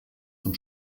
zum